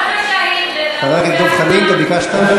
למה שהיד, חבר הכנסת דב חנין, אתה ביקשת?